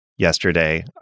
yesterday